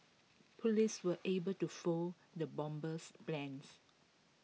Police were able to foil the bomber's plans